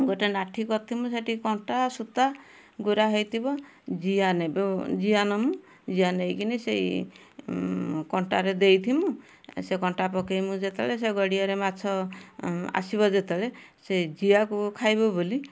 ଗୋଟେ ନାଠି କରିଥିମୁ ସେଠି କଣ୍ଟା ସୂତା ଗୁଡ଼ା ହେଇଥିବ ଜିଆ ନେବେ ଜିଆ ନମୁ ଜିଆ ନେଇ କିନି ସେଇ କଣ୍ଟାରେ ଦେଇଥିମୁ ସେ କଣ୍ଟା ପକାଇମୁ ଯେତେବେଳେ ସେ ଗଡ଼ିଆରେ ମାଛ ଆସିବ ଯେତେବେଳେ ସେ ଜିଆକୁ ଖାଇବ ବୋଲି